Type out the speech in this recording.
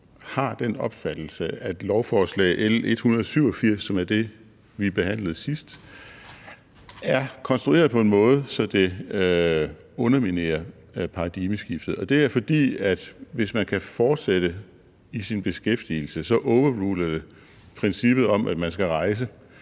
har den opfattelse, at lovforslag nr. L 187, som er det, vi behandlede sidst, er konstrueret på en måde, så det underminerer paradigmeskiftet. Og det er, fordi det, hvis man kan fortsætte i sin beskæftigelse, så overruler princippet om, at man skal rejse